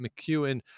McEwen